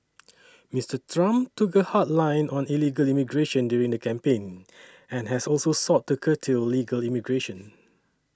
Mister Trump took a hard line on illegal immigration during the campaign and has also sought to curtail legal immigration